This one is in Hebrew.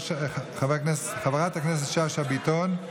חברת הכנסת שאשא ביטון,